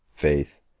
faith,